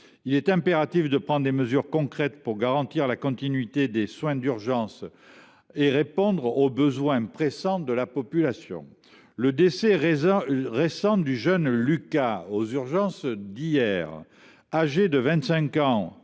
Il est impératif de prendre des mesures concrètes pour garantir la continuité des soins d’urgence et répondre aux besoins de la population. Le décès récent aux urgences d’Hyères du jeune Lucas, âgé de 25 ans,